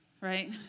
Right